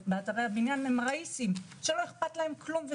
באתרי הבניין הם ראיסים שלא אכפת להם כלום.